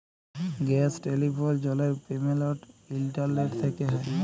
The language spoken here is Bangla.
গ্যাস, টেলিফোল, জলের পেমেলট ইলটারলেট থ্যকে হয়